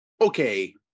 okay